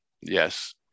yes